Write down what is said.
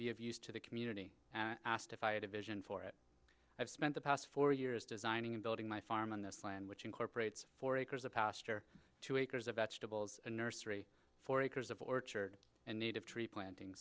be of use to the community and asked if i had a vision for it i've spent the past four years designing and building my farm on this land which incorporates four acres of pasture two acres of vegetables and nursery four acres of orchard and native tree planting